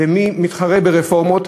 מי יעלה רפורמות.